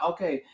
Okay